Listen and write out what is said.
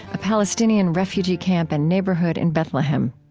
a palestinian refugee camp and neighborhood in bethlehem.